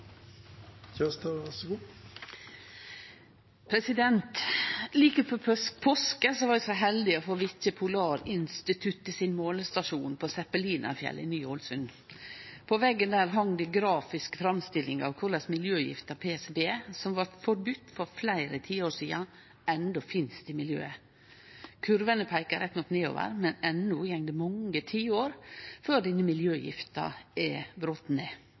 Like før påske var eg så heldig å få vitje Polarinstituttets målestasjon på Zeppelinfjellet i Ny-Ålesund. På veggen der hang det ei grafisk framstilling av korleis miljøgifta PCB, som vart forboden for fleire tiår sidan, enno finst i miljøet. Kurvene peiker rett nok nedover, men enno går det mange tiår før denne miljøgifta er broten ned